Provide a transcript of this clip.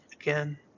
again